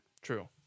True